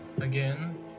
again